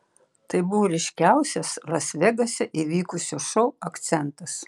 tai buvo ryškiausias las vegase įvykusio šou akcentas